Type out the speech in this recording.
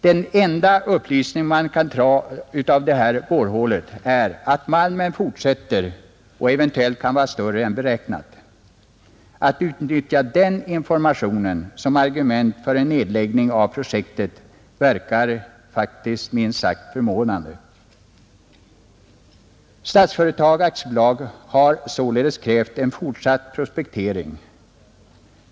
Den enda upplysning man kan dra av detta borrhål är att malmen fortsätter och eventuellt kan vara större än beräknat, Att utnyttja denna information som argument för en nedläggning av projektet verkar minst sagt förvånande. Statsföretag AB har således krävt en fortsatt prospektering.